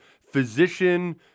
physician